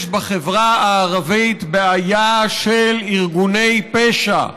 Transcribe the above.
יש בחברה הערבית בעיה של ארגוני פשע,